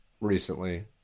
recently